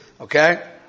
Okay